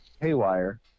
haywire